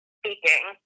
speaking